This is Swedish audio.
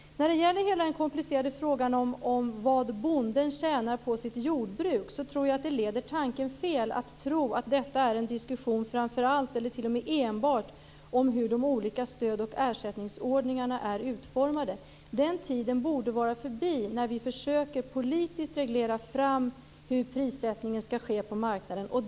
När det gäller hela den komplicerade frågan om vad bonden tjänar på sitt jordbruk tror jag att det leder tanken fel att tro att detta är en diskussion framför allt eller t.o.m. enbart om hur de olika stöd och ersättningsordningarna är utformade. Den tiden borde vara förbi när vi politiskt försöker reglera fram hur prissättningen skall ske på marknaden.